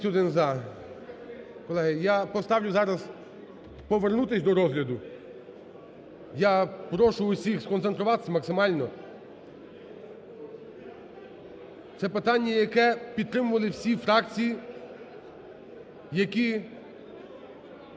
я поставлю зараз повернутись до розгляду. Я прошу всіх сконцентруватись максимально. Це питання, яке підтримували всі фракції, які